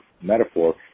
metaphor